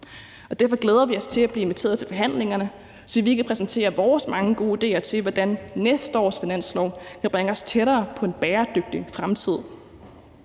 og derfor glæder vi os til at blive inviteret til forhandlingerne, så vi kan præsentere vores mange gode idéer til, hvordan næste års finanslov kan bringe os tættere på en bæredygtig fremtid